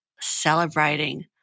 celebrating